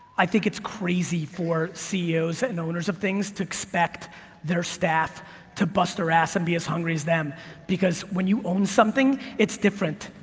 i think it's crazy for ceos and owners of things to expect their staff to bust their ass and be as hungry as them because when you own something, it's different.